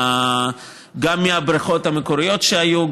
גם מהבריכות המקוריות שהיו,